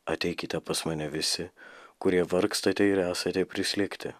ateikite pas mane visi kurie vargstate ir esate prislėgti